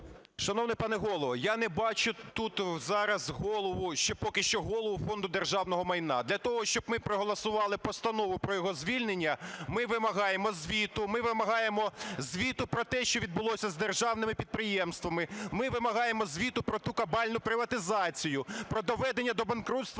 Шановний пане Голово, я не бачу тут, зараз Голову, ще поки що Голову Фонду державного майна. Для того, щоб ми проголосували постанову про його звільнення, ми вимагаємо звіту, ми вимагаємо звіту про те, що відбулося з державними підприємства, ми вимагаємо звіту про ту кабальну приватизацію, про доведення до банкрутства